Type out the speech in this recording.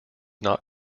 not